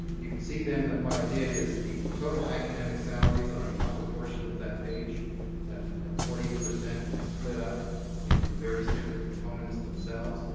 you can see then that what i did is the total academic salaries on the upper portion of that page that forty eight percent i split up into the various different components themselves,